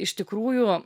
iš tikrųjų